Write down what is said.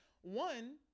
one